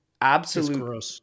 absolute